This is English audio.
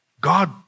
God